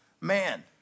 man